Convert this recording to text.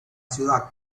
ciudad